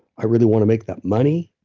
i really want to make that money,